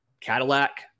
Cadillac